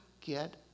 get